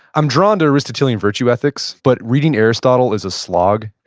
i'm drawn to aristotelian virtue ethics, but reading aristotle is a slog,